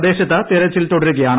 പ്രദേശത്ത് തിരച്ചിൽ തുടരുകയാണ്